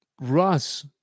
Russ